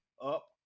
up